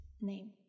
name